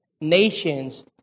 nations